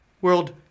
World